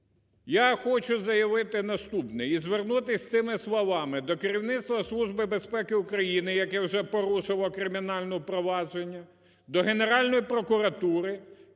Я хочу заявити наступне і звернутися з цими словами до керівництва Служби безпеки України, яке вже порушило кримінальне провадження, до Генеральної прокуратури